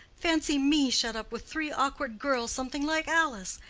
fancy me shut up with three awkward girls something like alice!